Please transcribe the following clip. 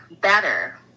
better